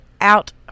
out